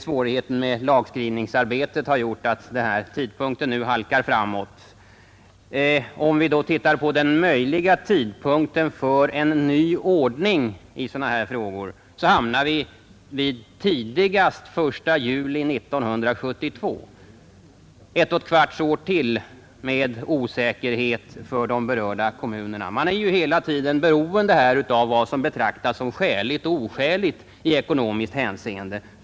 Svårigheten med lagskrivningsarbetet har gjort att tidpunkten nu halkar framåt. Om vi ser på den möjliga tidpunkten för en ny ordning i dessa frågor, hamnar vi vid tidigast den 1 juli 1972 — ett och ett kvarts år till med osäkerhet för de berörda kommunerna. Man är ju hela tiden beroende av vad som från statsmakternas sida betraktas som skäligt och oskäligt i ekonomiskt hänseende.